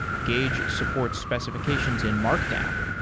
gauge support specifi cations and markdown,